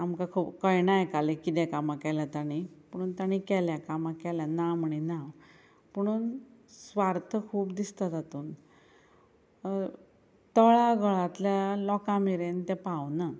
आमकां खूब कयणाय एकालें कितें कामां केल्या तांणी पुणून तांणी केल्या कामां केल्या ना म्हणिना हांव पुणून स्वार्थ खूब दिसता तातूंत तळागळांतल्या लोकां मेरेन ते पावना